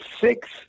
six